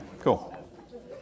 cool